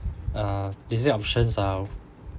uh they say options are